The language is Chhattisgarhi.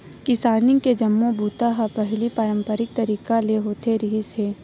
किसानी के जम्मो बूता ह पहिली पारंपरिक तरीका ले होत रिहिस हे